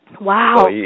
Wow